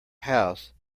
house